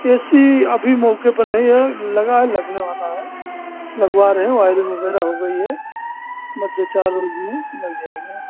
ए C अभी मौक़े पर नहीं है लगा है लगने वाला है लगवा रहे हैं वाईरिंग वग़ैरह हो गई है बस दो चार रोज़ में लग जाएगा